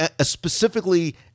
specifically